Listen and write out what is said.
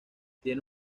tiene